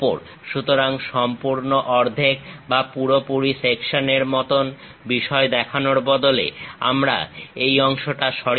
সুতরাং সম্পূর্ণ অর্ধেক বা পুরোপুরি সেকশন এর মতন বিষয় দেখানোর বদলে আমরা এই অংশটা সরিয়ে থাকি